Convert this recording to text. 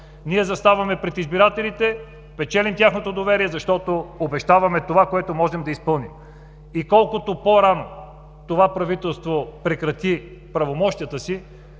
Ние заставаме пред избирателите и печелим тяхното доверие, защото обещаваме това, което можем да изпълним. Колкото по-рано това правителство прекрати правомощията си,